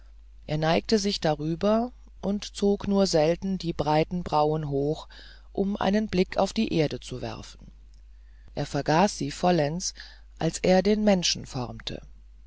er neigte sich darüber und zog nur selten die breiten brauen hoch um einen blick auf die erde zu werfen er vergaß sie vollends als er den menschen formte